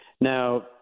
Now